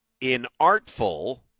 inartful